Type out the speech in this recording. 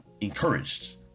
encouraged